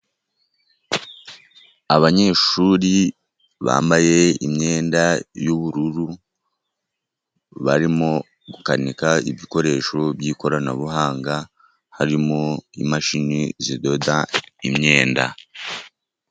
Abanyeshuri bambaye imyenda y'ubururu, barimo gukanika ibikoresho by'ikoranabuhanga, harimo imashini zidoda imyenda.